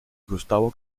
gustavo